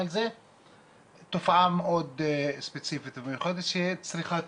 אבל זו תופעה מאוד ספציפית ומיוחדת שצריכה טיפול.